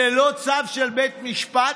ללא צו של בית משפט?